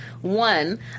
One